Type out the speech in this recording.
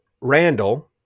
Randall